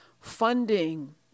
funding